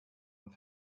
und